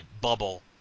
bubble